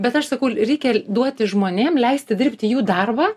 bet aš sakau reikia duoti žmonėm leisti dirbti jų darbą